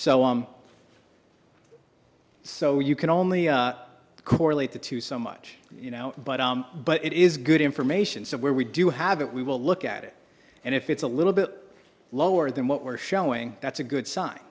on so you can only correlate the two so much you know but but it is good information so where we do have it we will look at it and if it's a little bit lower than what we're showing that's a good sign